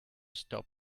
stop